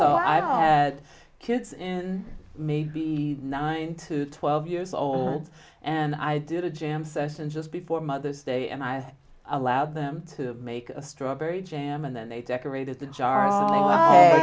so i had kids in maybe nine to twelve years old and i did a jam session just before mother's day and i allowed them to make a strawberry jam and then they decorated the jar